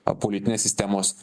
politinės sistemos